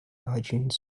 itunes